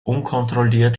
unkontrolliert